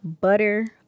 butter